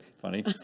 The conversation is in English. funny